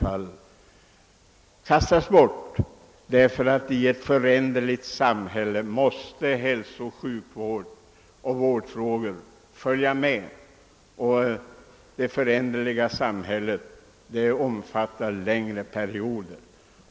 I eti föränderligt samhälle måste man ta hänsyn till den snabba utvecklingen inom hälsooch sjukvård liksom vårdområdet över huvud taget, även om det i det föränderliga samhället också är nödvändigt att planera för längre perioder.